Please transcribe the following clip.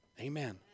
Amen